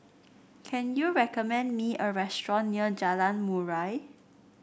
can you recommend me a restaurant near Jalan Murai